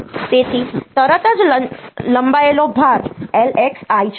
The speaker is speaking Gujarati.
તેથી તરત જ લંબાયેલો ભાર LXI છે